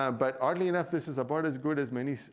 um but oddly enough, this is about as good as many